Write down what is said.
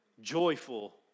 Joyful